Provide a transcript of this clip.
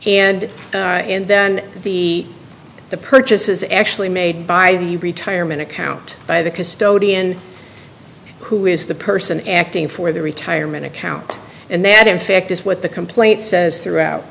plaintiffs and then be the purchase is actually made by the retirement account by the custodian who is the person acting for the retirement account and that in fact is what the complaint says throughout